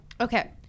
Okay